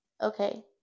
Okay